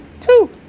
Two